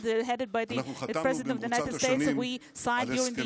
אנחנו חתמנו במרוצת השנים על הסכמי